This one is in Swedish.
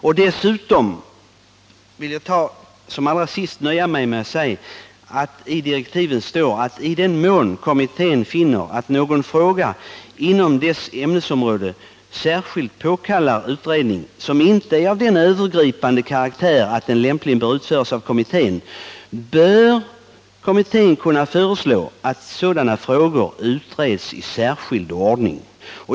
Jag vill nöja mig med att säga att departementschefen i direktiven uttalat: ”I den mån kommittén finner att någon fråga inom dess ämnesområde påkallar särskild utredning som inte är av den övergripande karaktär att den lämpligen bör utföras av kommittén bör den kunna föreslå att frågan utreds i särskild ordning.